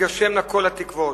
תתגשמנה כל התקוות,